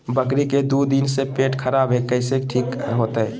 बकरी के दू दिन से पेट खराब है, कैसे ठीक होतैय?